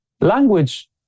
language